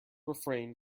refrain